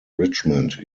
richmond